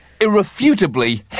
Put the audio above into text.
irrefutably